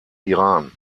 iran